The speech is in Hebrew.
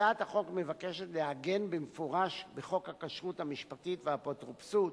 הצעת החוק מבקשת לעגן במפורש בחוק הכשרות המשפטית והאפוטרופסות